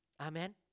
Amen